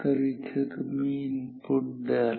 तर इथे तुम्ही इनपुट द्याल